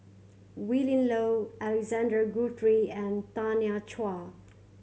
Willin Low Alexander Guthrie and Tanya Chua